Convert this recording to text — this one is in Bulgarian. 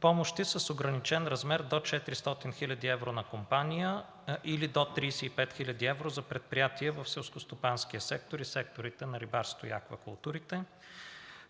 помощи с ограничен размер до 400 хил. евро на компания или до 35 хил. евро за предприятия в селскостопанския сектор и секторите на рибарството и аквакултурите;